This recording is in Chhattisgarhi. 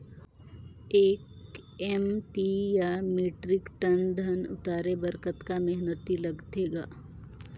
एक एम.टी या मीट्रिक टन धन उतारे बर कतका मेहनती लगथे ग?